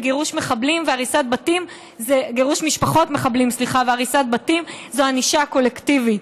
וגירוש משפחות מחבלים והריסת בתים זו ענישה קולקטיבית.